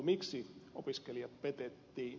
miksi opiskelijat petettiin